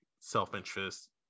self-interest